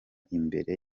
imbere